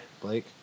Blake